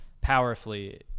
powerfully